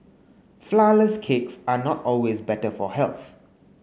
flour less cakes are not always better for health